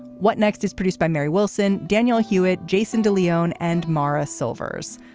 what next is produced by mary wilson. daniel hewat, jason de leon and morra silvers.